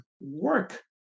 work